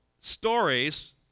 stories